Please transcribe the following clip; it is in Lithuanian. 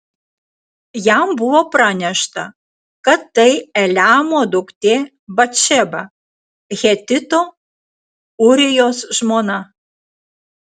jam buvo pranešta kad tai eliamo duktė batšeba hetito ūrijos žmona